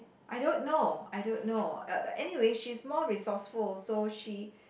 I don't know I don't know uh anyway she is more resourceful so she